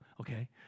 okay